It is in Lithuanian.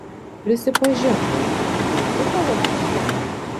prisipažink vaike tai tu pavogei žiedą